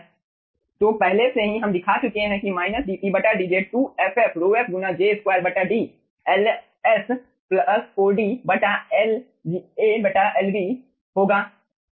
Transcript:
तो पहले से ही हम दिखा चुके हैं कि dp dz 2ff ρf गुना j 2 D Ls 4D Ls Lb होगा